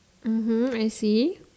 mmhmm I see